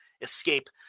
escape